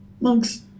Monks